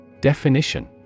Definition